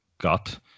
got